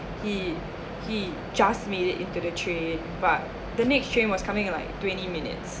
he he just made it into the train but the next train was coming like twenty minutes